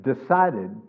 decided